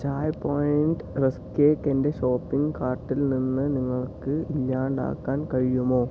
Chai point rusk cake എന്റെ shopping കാർട്ടിൽനിന്ന് നിങ്ങൾക്ക് ഇല്ലാണ്ടാക്കാൻ കഴിയുമോ